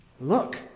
Look